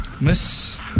Miss